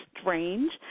strange